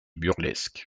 burlesque